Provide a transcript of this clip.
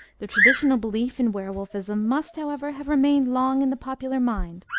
the traditional belief in were-wolfism must, however, have remained long in the popular mind,